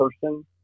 person